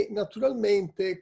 naturalmente